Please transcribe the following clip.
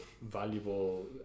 valuable